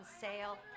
sale